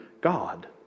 God